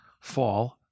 fall